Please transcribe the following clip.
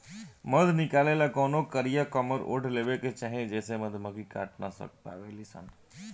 मध निकाले ला कवनो कारिया कमर ओढ़ लेवे के चाही जेसे मधुमक्खी काट ना पावेली सन